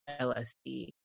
lsd